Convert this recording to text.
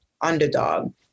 underdog